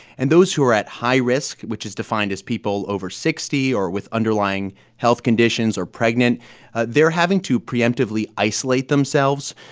and those who are at high risk, which is defined as people over sixty or with underlying health conditions or pregnant they're having to preemptively isolate themselves.